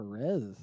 Perez